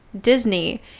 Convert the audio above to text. Disney